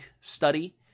study